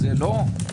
זה לא?